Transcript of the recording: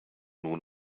nun